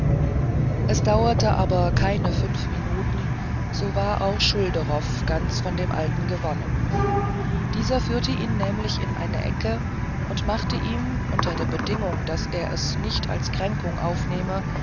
es dauerte aber keine fünf minuten so war auch schulderoff ganz von dem alten gewonnen dieser führte ihn nämlich in eine ecke und machte ihm unter der bedingung daß er es nicht als kränkung aufnehme